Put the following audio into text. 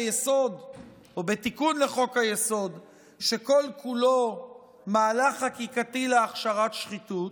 בתיקון לחוק-היסוד שכל-כולו מהלך חקיקתי להכשרת שחיתות,